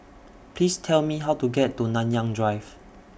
Please Tell Me How to get to Nanyang Drive